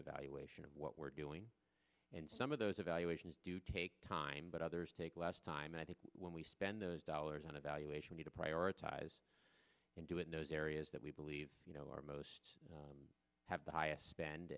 evaluation of what we're doing and some of those evaluations do take time but others take less time i think when we spend those dollars on evaluation to prioritize and do in those areas that we believe you know are most have the highest spend